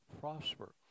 prosper